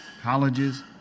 colleges